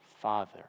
Father